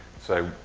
so,